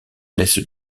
laisse